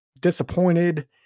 disappointed